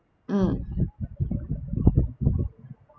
mm